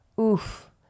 oof